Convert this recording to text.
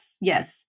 Yes